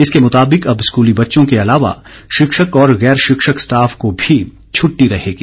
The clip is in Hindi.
इसके मुताबिक अब स्कूली बच्चों के अलावा शिक्षक और गैर शिक्षक स्टॉफ को भी छुट्टी रहेगी